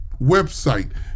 website